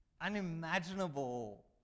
unimaginable